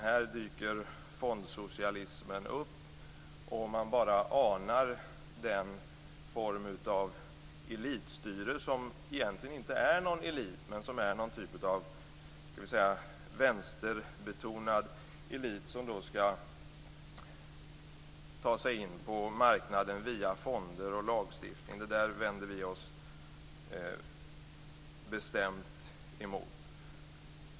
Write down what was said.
Här dyker fondsocialismen upp, och man bara anar en form av elitstyre, som egentligen inte är en elit utan är en typ av vänsterbetonad elit som skall ta sig in på marknaden via fonder och lagstiftning. Sådant vänder vi oss bestämt emot.